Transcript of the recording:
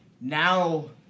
now